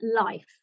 life